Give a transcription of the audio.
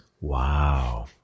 Wow